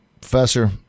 Professor